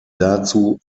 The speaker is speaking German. dazu